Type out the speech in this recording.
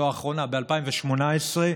לא האחרונה, ב-2018,